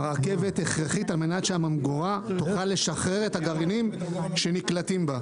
הרכבת הכרחית כדי שהממגורה תוכל לשחרר את הגרעינים שנקלטים בה.